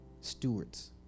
stewards